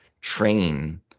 train